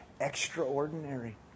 extraordinary